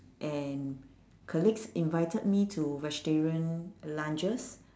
and colleagues invited me to vegetarian lunches